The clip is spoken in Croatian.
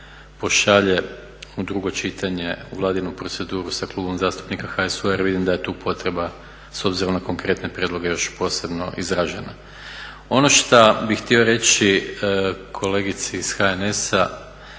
pošalje u drugo čitanje u vladinu proceduru sa Klubom zastupnika HSU-a jer vidim da je tu potreba s obzirom na konkretne prijedloge još posebno izražena. Ono što bih htio reći kolegici iz HNS-a